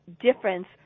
difference